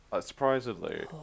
surprisingly